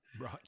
right